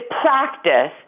practice